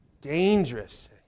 dangerous